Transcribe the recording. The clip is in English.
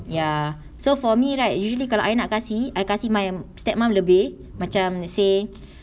ya so for me right usually kalau I nak kasih I kasih my step mum lebih macam say